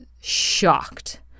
shocked